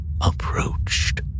approached